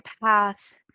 path